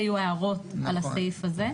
הערות על הסעיף הזה.